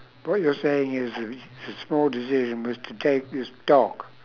what you're saying is uh the a small decision was to take this dog